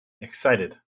excited